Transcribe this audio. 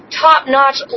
top-notch